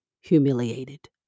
humiliated